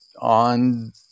on